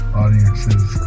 audiences